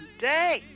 day